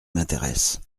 m’intéresse